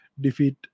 defeat